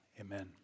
Amen